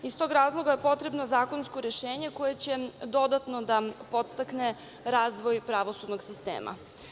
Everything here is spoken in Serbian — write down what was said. Iz tog razloga je potrebno zakonsko rešenje koje će dodatno da podstakne razvoj pravosudnog sistema.